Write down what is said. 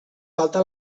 falta